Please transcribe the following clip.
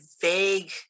vague